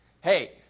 hey